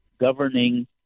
governing